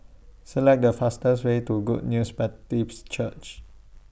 Select The fastest Way to Good News Baptist Church